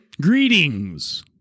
Greetings